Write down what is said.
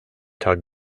tug